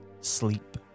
sleep